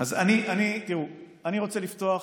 אני רוצה לפתוח,